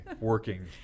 working